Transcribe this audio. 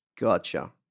Gotcha